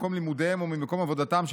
ממקום לימודיהם או ממקום עבודתם.